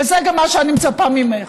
וזה גם מה שאני מצפה ממך.